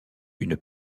une